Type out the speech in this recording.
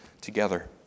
together